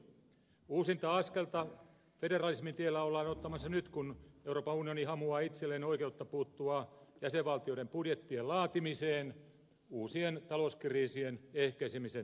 uusinta askelta federalismin tiellä ollaan ottamassa nyt kun euroopan unioni hamuaa itselleen oikeutta puuttua jäsenvaltioiden budjettien laatimiseen uusien talouskriisien ehkäisemisen nimissä